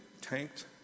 tanked